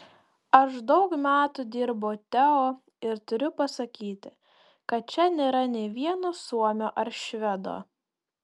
aš daug metų dirbu teo ir turiu pasakyti kad čia nėra nė vieno suomio ar švedo